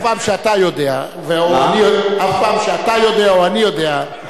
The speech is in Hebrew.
אף פעם שאתה יודע או אני יודע.